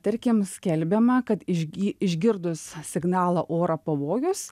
tarkim skelbiama kad išgi išgirdus signalą oro pavojus